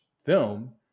film